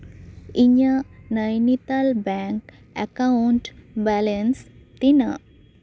ᱤᱧᱟᱹᱜ Nainital bank account balance ᱛᱤᱱᱟᱹᱜ